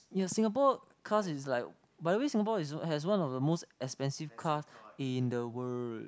ya Singapore cars is like by way Singapore is has one of the most expensive car in the world